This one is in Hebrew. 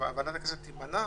ועדת הכנסת תימנע,